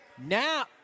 Now